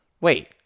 Wait